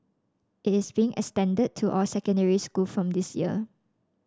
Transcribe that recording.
it is being extended to all secondary school from this year